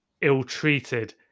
ill-treated